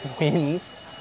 wins